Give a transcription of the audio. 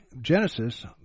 Genesis